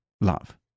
love